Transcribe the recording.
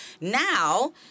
Now